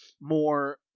more